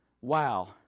wow